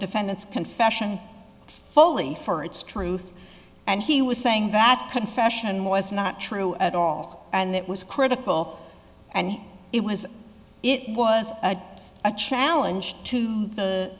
defendant's confession folie for its truth and he was saying that confession was not true at all and that was critical and it was it was a challenge to the